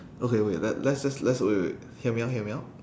okay wait let~ let's just let's wait wait wait hear me out hear me out